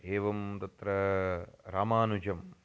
एवं तत्र रामानुजम्